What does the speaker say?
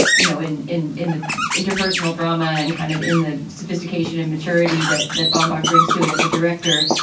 you know, in in in the interpersonal drama and kind of in the sophistication and maturity that that bombach brings to it as a director.